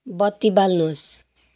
बत्ति बाल्नुहोस्